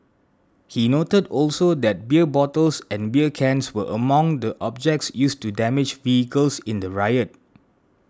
he noted also that beer bottles and beer cans were among the objects used to damage vehicles in the riot